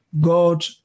God